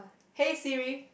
hey Siri